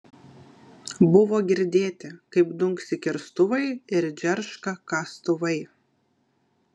buvo girdėti kaip dunksi kirstuvai ir džerška kastuvai